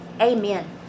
amen